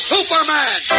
Superman